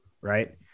right